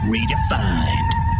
Redefined